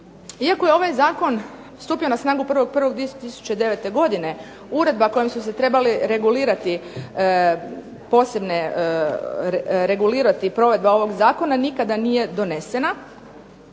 Iako je ovaj zakon stupio na snagu 1.1.2009. uredba kojom se trebala regulirati provedba ovog zakona nikada nije donesena.